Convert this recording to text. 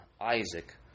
Isaac